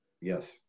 Yes